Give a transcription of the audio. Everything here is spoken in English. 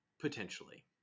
potentially